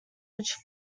which